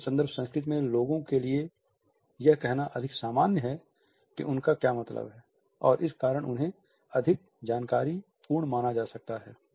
निम्न संदर्भ संस्कृति में लोगों के लिए यह कहना अधिक सामान्य है कि उनका क्या मतलब है और इस कारण उन्हें अधिक जानकारीपूर्ण माना जा सकता है